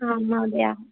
आम् महोदया